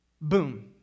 boom